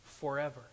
forever